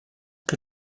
que